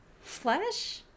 flesh